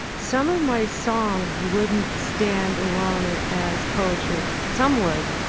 some of my songs wouldn't stand alone as poetry, some would,